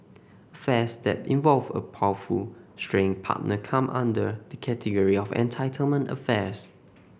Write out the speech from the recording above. affairs that involve a powerful straying partner come under the category of entitlement affairs